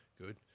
Good